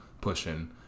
pushing